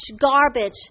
garbage